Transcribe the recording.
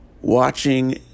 watching